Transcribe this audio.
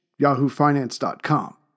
YahooFinance.com